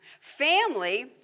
Family